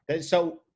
So-